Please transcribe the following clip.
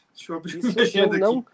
Isso